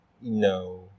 No